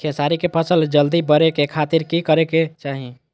खेसारी के फसल जल्दी बड़े के खातिर की करे के चाही?